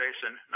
Jason